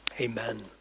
amen